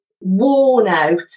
worn-out